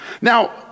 Now